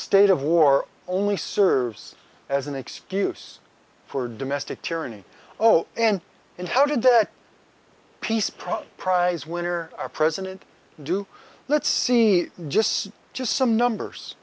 state of war only serves as an excuse for domestic tyranny oh and in how did that peace process prize winner president do let's see just just some numbers